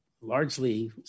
largely